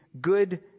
good